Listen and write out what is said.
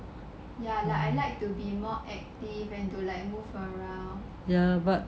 ya like I like to be more active and you know move around